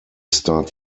start